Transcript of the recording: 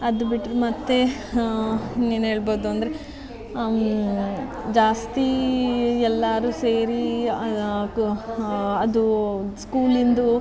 ಅದು ಬಿಟ್ರೆ ಮತ್ತು ಇನ್ನೇನು ಹೇಳ್ಬೋದು ಅಂದರೆ ಜಾಸ್ತಿ ಎಲ್ಲರೂ ಸೇರಿ ಅದು ಸ್ಕೂಲಿಂದು